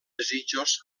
desitjos